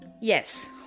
Yes